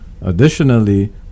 Additionally